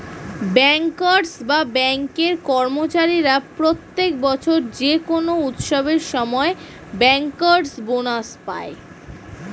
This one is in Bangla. ব্যাংকার্স বা ব্যাঙ্কের কর্মচারীরা প্রত্যেক বছর যে কোনো উৎসবের সময় ব্যাংকার্স বোনাস পায়